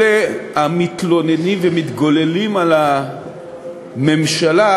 לאלה המתלוננים ומתגוללים על הממשלה